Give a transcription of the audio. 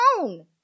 Alone